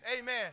Amen